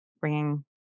Bringing